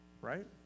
Right